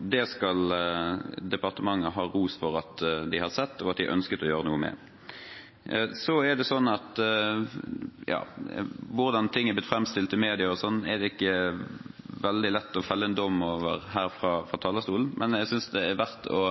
Det skal departementet ha ros for at de har sett, og at de har ønsket å gjøre noe med. Hvordan ting er blitt framstilt i media, er det ikke veldig lett å felle en dom over her fra talerstolen. Men jeg synes det er verdt å